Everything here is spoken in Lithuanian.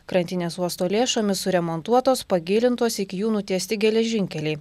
krantinės uosto lėšomis suremontuotos pagilintos iki jų nutiesti geležinkeliai